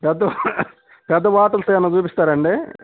పెద్దు పెద్ద వాటర్స్ ఏమైనా చూపిస్తారాండి